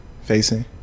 facing